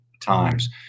times